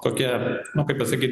kokia nu kaip pasakyt